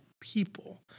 people